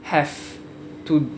have to